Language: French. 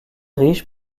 riches